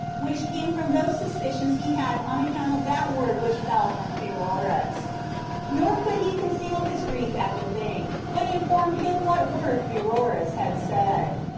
which came from those suspicions he had on account of that word which fell from pheroras nor could he conceal his grief at the thing, but informed him what word pheroras had said.